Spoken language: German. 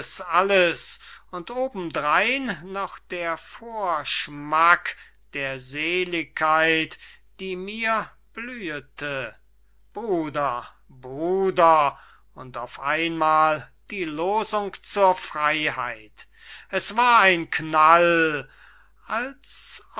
alles und obendrein noch der vorschmack der seeligkeit die mir blühete bruder bruder und auf einmal die losung zur freyheit es war ein knall als